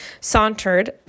sauntered